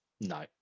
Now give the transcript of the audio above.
No